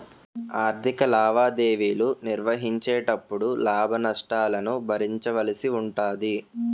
ఆర్ధిక లావాదేవీలు నిర్వహించేటపుడు లాభ నష్టాలను భరించవలసి ఉంటాది